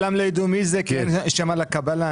לעולם לא יידעו מי זה כי אין שם על הקבלה.